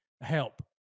help